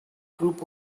group